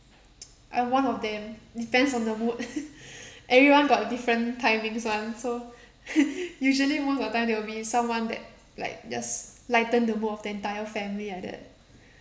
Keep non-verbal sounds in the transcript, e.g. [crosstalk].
[noise] I'm one of them depends on the mood [laughs] everyone got a different timings [one] so [laughs] usually most of the time there will be someone that like just lighten the mood of the entire family like that